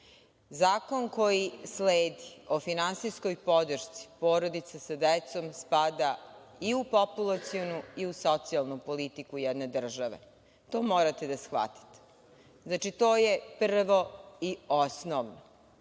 Zakon, koji sledi, o finansijskoj podršci porodici sa decom, spada i u populacionu i u socijalnu politiku jedne države. To morate da shvatite. Znači, to je prvo i osnovno. Drugo,